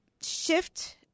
shift